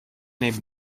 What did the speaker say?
nei